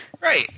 Right